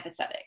empathetic